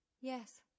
Yes